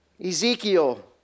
Ezekiel